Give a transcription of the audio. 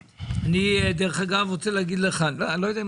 אני רוצה להגיד לך אני לא יודע אם